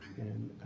and